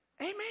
Amen